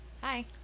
Hi